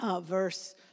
verse